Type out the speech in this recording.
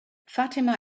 fatima